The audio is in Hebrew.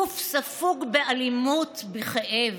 גוף ספוג באלימות ובכאב.